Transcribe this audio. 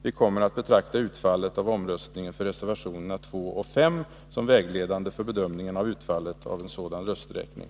Vi kommer att betrakta utfallet av omröstningen beträffande reservationerna 2 och 5 som vägledande för bedömningen av utfallet av en sådan rösträkning.